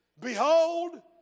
Behold